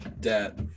debt